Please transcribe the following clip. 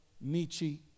Nietzsche